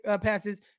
passes